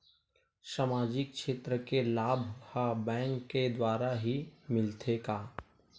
सामाजिक क्षेत्र के लाभ हा बैंक के द्वारा ही मिलथे का?